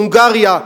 בהונגריה.